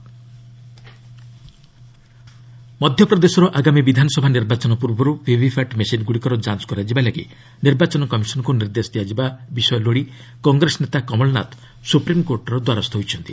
SC Congress VVPAT ମଧ୍ୟପ୍ରଦେଶର ଆଗାମୀ ବିଧାନସଭା ନିର୍ବାଚନ ପୂର୍ବରୁ ଭିଭିପାଟ୍ ମେସିନ୍ଗୁଡ଼ିକର ଯାଞ୍ କରାଯିବାପାଇଁ ନିର୍ବାଚନ କମିଶନ୍କୁ ନିର୍ଦ୍ଦେଶ ଦିଆଯିବା ବିଷୟ ଲୋଡ଼ି କଂଗ୍ରେସ ନେତା କମଲ୍ ନାଥ ସୁପ୍ରିମ୍କୋର୍ଟଙ୍କ ଦ୍ୱାରସ୍ଥ ହୋଇଛନ୍ତି